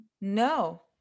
No